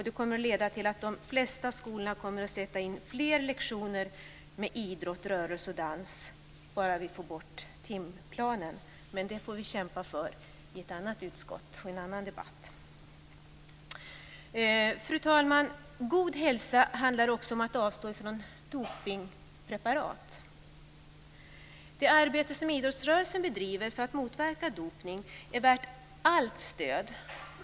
Det kommer att leda till att de flesta skolorna kommer att sätta in fler lektioner med idrott, rörelse och dans bara vi får bort timplanen. Men det får vi kämpa för i ett annat utskott och i en annan debatt. Fru talman! God hälsa handlar också om att avstå från dopningspreparat. Det arbete som idrottsrörelsen bedriver för att motverka dopning är värt allt stöd.